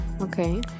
okay